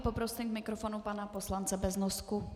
Poprosím k mikrofonu pana poslance Beznosku.